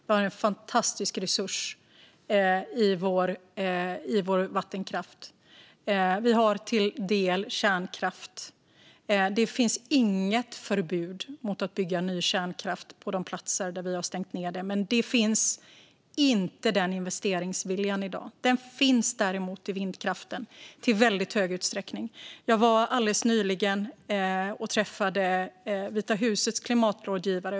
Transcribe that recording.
Vi har en fantastisk resurs i vår vattenkraft. Vi har också en del kärnkraft. Det finns inget förbud mot att bygga ny kärnkraft på de platser där vi har stängt ned det. Men den investeringsviljan finns inte i dag. Den finns däremot i väldigt stor utsträckning när det gäller vindkraften. Jag var alldeles nyligen och träffade Vita husets klimatrådgivare.